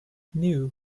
knew